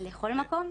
לכל מקום.